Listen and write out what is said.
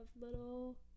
Little